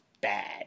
bad